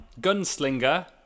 Gunslinger